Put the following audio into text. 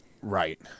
Right